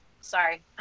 sorry